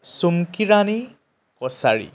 Chumkirani Kachari